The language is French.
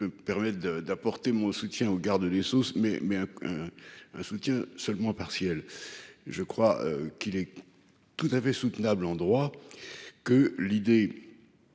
permettent de d'apporter mon soutien au garde des Sceaux mais mais un. Un soutien seulement partiel. Je crois qu'il est. Tout à fait soutenable endroit. Que l'idée.